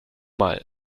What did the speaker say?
mal